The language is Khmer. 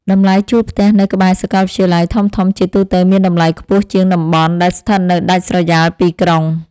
តម្លៃជួលផ្ទះនៅក្បែរសាកលវិទ្យាល័យធំៗជាទូទៅមានតម្លៃខ្ពស់ជាងតំបន់ដែលស្ថិតនៅដាច់ស្រយាលពីក្រុង។